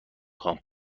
خوام